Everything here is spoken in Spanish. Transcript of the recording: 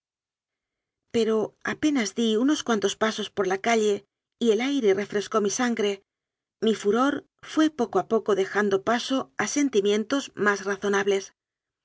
pero apenas di unos cuantos pasos por la calle y el aire refrescó mi sangre mi furor fué poco a poco dejando paso a sentimientos más razonables